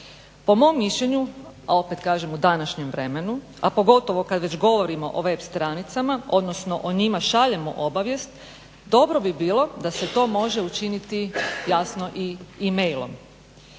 Po mom mišljenju, a opet kažem u današnjem vremenu, a pogotovo kad već govorimo o web stranicama, odnosno o njima šaljemo obavijest dobro bi bilo da se to može učiniti jasno i e-mailom,